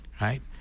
right